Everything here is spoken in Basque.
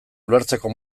ulertzeko